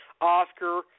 Oscar